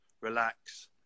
relax